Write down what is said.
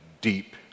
deep